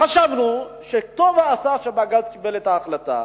חשבנו שטוב עשה בג"ץ שקיבל את ההחלטה.